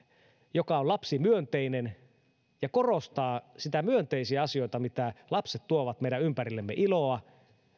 joka on lapsimyönteinen ja korostaa niitä myönteisiä asioita mitä lapset tuovat meidän ympärillemme iloa